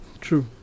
True